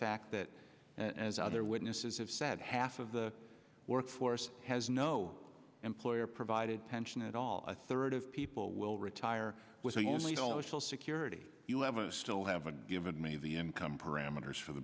fact that as other witnesses have said half of the workforce has no employer provided pension at all a third of people will retire with a family still security you have a still haven't given me the income parameters for the